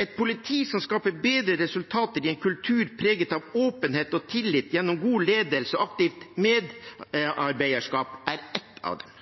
Et politi som skaper bedre resultater i en kultur preget av åpenhet og tillit gjennom god ledelse og aktivt medarbeiderskap er ett av dem.